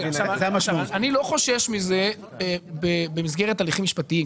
אני לא חושש מזה במסגרת הליכים משפטיים,